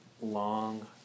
long